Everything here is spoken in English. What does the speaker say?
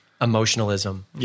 emotionalism